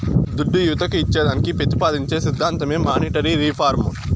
దుడ్డు యువతకు ఇచ్చేదానికి పెతిపాదించే సిద్ధాంతమే మానీటరీ రిఫార్మ్